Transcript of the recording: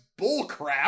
bullcrap